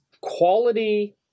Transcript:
quality